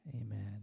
Amen